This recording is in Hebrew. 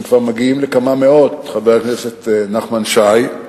חבר הכנסת נחמן שי,